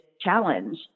challenge